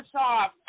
off